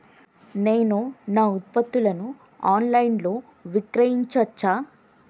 నేను నా ఉత్పత్తులను ఆన్ లైన్ లో విక్రయించచ్చా?